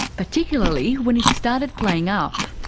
particularly when it started playing up.